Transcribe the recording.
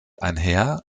einher